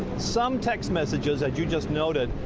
some text messages, as you just noted,